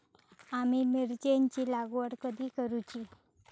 आम्ही मिरचेंची लागवड कधी करूची?